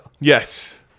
Yes